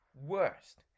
worst